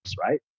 Right